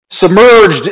submerged